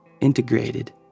integrated